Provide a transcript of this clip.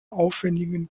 aufwändigen